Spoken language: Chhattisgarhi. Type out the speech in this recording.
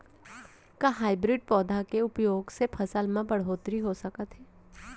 का हाइब्रिड पौधा के उपयोग से फसल म बढ़होत्तरी हो सकत हे?